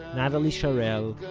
natali sharel,